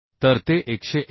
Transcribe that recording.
तर ते 189